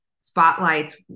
spotlights